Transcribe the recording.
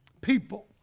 people